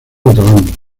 catalán